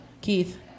Keith